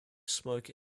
smoke